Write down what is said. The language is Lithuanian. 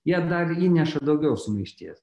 jie dar įneša daugiau sumaišties